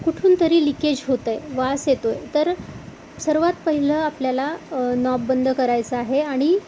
कुठून तरी लिकेज होतं आहे वास येतो आहे तर सर्वात पहिलं आपल्याला नॉब बंद करायचं आहे आणि